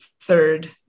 third